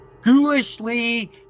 ghoulishly